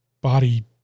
body